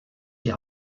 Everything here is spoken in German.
die